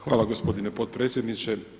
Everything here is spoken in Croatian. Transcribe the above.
Hvala gospodine potpredsjedniče.